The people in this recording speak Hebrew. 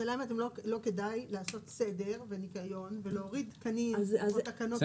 השאלה אם לא כדאי לעשות סדר וניקיון ולהוריד תקנים או תקנות כאלה.